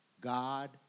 God